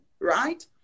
right